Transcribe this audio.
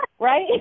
right